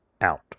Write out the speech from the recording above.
Out